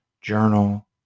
Journal